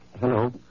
Hello